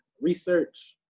research